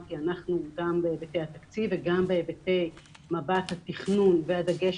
אמרתי שאנחנו מטעם היבטי התקציב וגם בתכנון והדגש